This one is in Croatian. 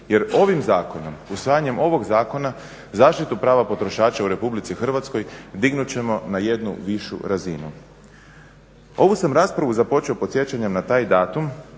jer ovim zakonom, usvajanjem ovog zakona zaštitu prava potrošača u RH dignut ćemo na jednu višu razinu. Ovu sam raspravu započeo podsjećanjem na taj datum